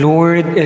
Lord